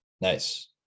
Nice